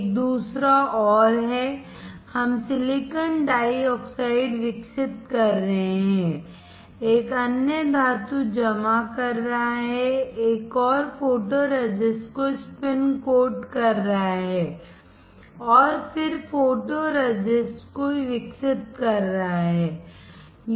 एक दूसरा और है हम सिलिकॉन डाइऑक्साइड विकसित कर रहे हैं एक अन्य धातु जमा कर रहा है एक और फोटोरेसिस्ट को स्पिन कोट कर रहा है और फिर फोटोरेसिस्ट को विकसित कर रहा है